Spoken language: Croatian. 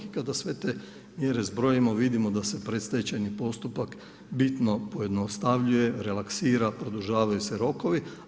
I kada sve te mjere zbrojimo vidimo da se predstečajni postupak bitno pojednostavljuje, relaksira, produžavaju se rokovi.